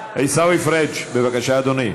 עיסאווי פריג, בבקשה, אדוני.